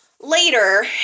later